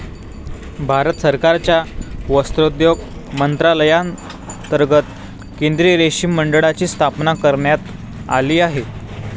भारत सरकारच्या वस्त्रोद्योग मंत्रालयांतर्गत केंद्रीय रेशीम मंडळाची स्थापना करण्यात आली आहे